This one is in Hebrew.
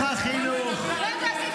ככה?